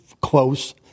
close